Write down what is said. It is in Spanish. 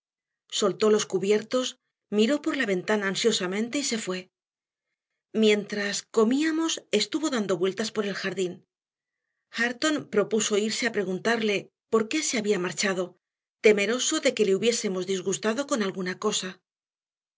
soltó los cubiertos miró por la ventana ansiosamente y se fue mientras comíamos estuvo dando vueltas por el jardín hareton propuso irse a preguntarle por qué se había marchado temeroso de que le hubiésemos disgustado con alguna cosa